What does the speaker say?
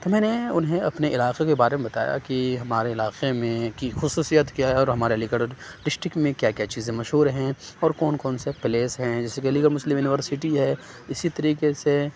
تو میں نے اُنہیں اپنے علاقے کے بارے میں بتایا کہ ہمارے علاقے میں کی خصوصیت کیا ہے اور ہمارے علی گڑھ ڈسٹک میں کیا کیا چیزیں مشہور ہیں اور کون کون سے پلیس ہیں جیسے کہ علی گڑھ مسلم یونیورسٹی ہے اِسی طریقے سے